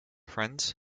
friends